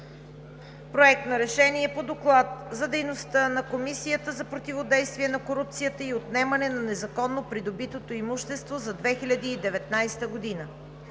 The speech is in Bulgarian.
„Проект! РЕШЕНИЕ по Доклад за дейността на Комисията за противодействие на корупцията и отнемане на незаконно придобитото имущество за 2019 г.